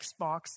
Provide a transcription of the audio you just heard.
Xbox